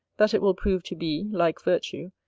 that it will prove to be, like virtue,